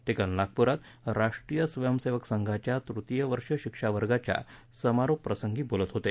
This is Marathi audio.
ते काल नागपुरात राष्ट्रीय स्वयसेवक संघाच्या तृतीय वर्ष शिक्षा वर्गाच्या समारोपप्रसंगी बोलत होते